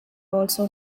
also